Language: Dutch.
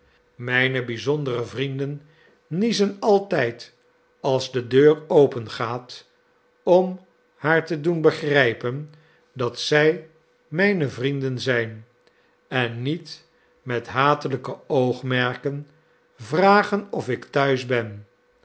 mijne bijzondere vrienden niezen altijd als de deur opengaat om haar te doen begrijpen dat zij mijne vrienden zijn en niet met hatelijke oogmerken vragen of ik thuis ben